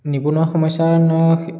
নিবনুৱা সমস্যাৰ